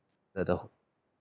that the